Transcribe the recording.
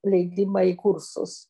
leidimą į kursus